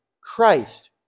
Christ